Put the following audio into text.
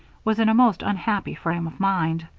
was in a most unhappy frame of mind.